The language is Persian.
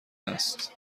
است